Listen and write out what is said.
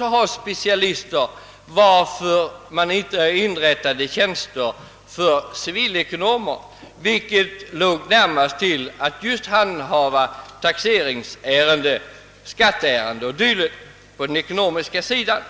ha specialister, varför man inrättade tjänster för civilekonomer, vilka låg närmast till att handha taxeringsärenden, skattefrågor o.d. på den ekonomiska sidan.